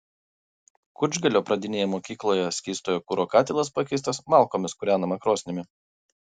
kučgalio pradinėje mokykloje skysto kuro katilas pakeistas malkomis kūrenama krosnimi